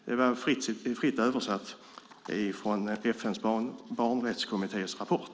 Det var fritt översatt från FN:s barnrättskommittés rapport.